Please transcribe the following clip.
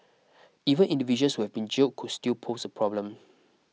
even individuals who have been jailed could still pose a problem